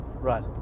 right